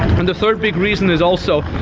and the third big reason is also